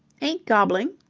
ain't gobbling,